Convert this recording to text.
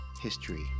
history